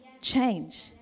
change